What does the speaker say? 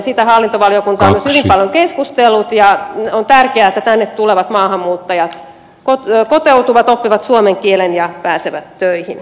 siitä hallintovaliokunta on hyvin paljon keskustellut ja on tärkeää että tänne tulevat maahanmuuttajat kotoutuvat oppivat suomen kielen ja pääsevät töihin